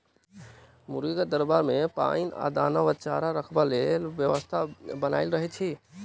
मुर्गीक दरबा मे पाइन आ दाना वा चारा रखबाक लेल व्यवस्था बनाओल रहैत छै